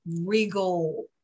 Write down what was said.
regal